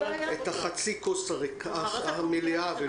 לגבי החינוך המיוחד,